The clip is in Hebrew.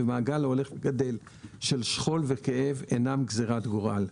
ומעגל ההולך וגדל של שכול וכאב אינם גזירת גורל.